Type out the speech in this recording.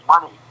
money